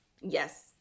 Yes